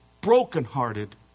brokenhearted